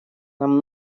нам